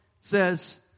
says